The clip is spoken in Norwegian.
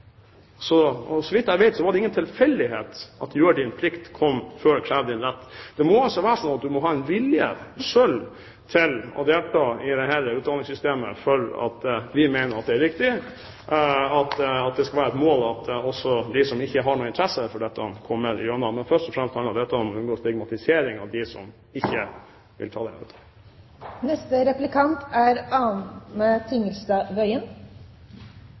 Så vidt jeg vet, var det ingen tilfeldighet at «gjør din plikt» kom før «krev din rett». Det må være sånn at man må ha en vilje selv til å delta i dette utdanningssystemet for at det skal være et mål at også de som ikke har noen interesse for dette, kommer igjennom. Men først og fremst handler dette om stigmatisering av dem som ikke vil ta